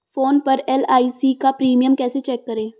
Phone पर LIC का premium कैसे चेक करें?